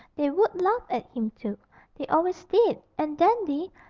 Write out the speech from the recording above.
they would laugh at him too they always did and dandy,